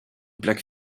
plaque